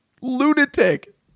lunatic